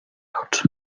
out